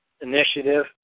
initiative